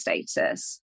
status